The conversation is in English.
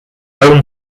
own